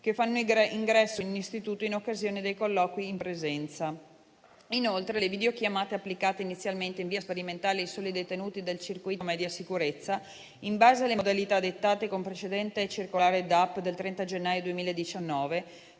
che fanno ingresso in istituto in occasione dei colloqui in presenza. Inoltre, le videochiamate, applicate inizialmente in via sperimentale ai soli detenuti del circuito media sicurezza, in base alle modalità dettate con precedentemente circolare DAP del 30 gennaio 2019,